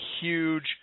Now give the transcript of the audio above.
huge